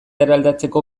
eraldatzeko